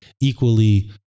equally